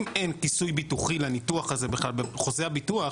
אם אין כיסוי ביטוחי לניתוח הזה בכלל בחוזה הביטוח,